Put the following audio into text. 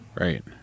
Right